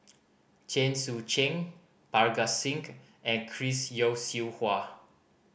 Chen Sucheng Parga Singh and Chris Yeo Siew Hua